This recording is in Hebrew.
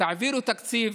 תעבירו תקציב